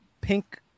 Pink